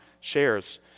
shares